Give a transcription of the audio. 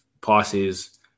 passes